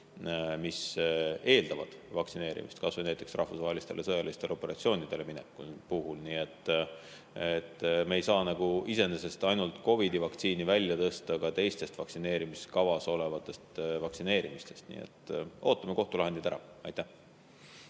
mis eeldavad vaktsineerimist, kas või näiteks rahvusvahelistele sõjalistele operatsioonidele mineku puhul. Me ei saa ainult COVID‑i vaktsiini välja tõsta teiste vaktsineerimiskavas olevate vaktsiinide seast. Nii et ootame kohtulahendid ära. Teie